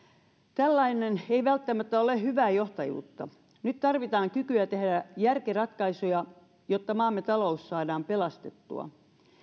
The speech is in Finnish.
tällainen ei välttämättä ole hyvää johtajuutta nyt tarvitaan kykyä tehdä järkiratkaisuja jotta maamme talous saadaan pelastettua